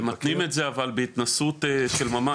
הם מתנים את זה אבל בהתנסות של ממש.